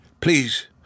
Please—